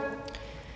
i.